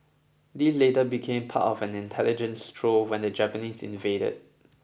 these later became part of an intelligence trove when the Japanese invaded